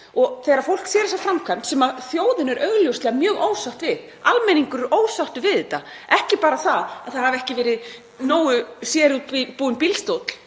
Þegar fólk sér þessa framkvæmd, sem þjóðin er augljóslega mjög ósátt við — almenningur er ósáttur við þetta, ekki bara það að ekki hafi verið nógu sérútbúinn bíll